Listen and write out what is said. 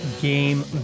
game